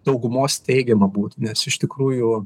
daugumos teigiama būtų nes iš tikrųjų